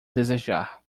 desejar